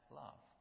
love